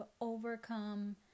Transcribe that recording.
overcome